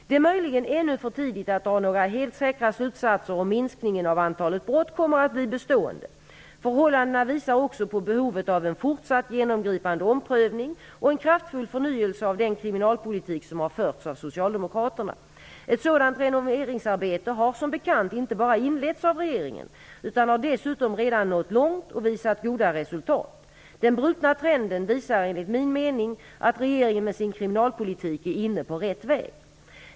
Det är möjligen ännu för tidigt att dra några helt säkra slutsatser om minskningen av antalet brott kommer att bli bestående. Förhållanden visar också på behovet av en fortsatt genomgripande omprövning och en kraftfull förnyelse av den kriminalpolitik som har förts av Socialdemokraterna. Ett sådant renoveringsarbete har som bekant inte bara inletts av regeringen utan har dessutom redan nått långt och visat goda resultat. Den brutna trenden visar enligt min mening att regeringen med sin kriminalpolitik är inne på rätt väg.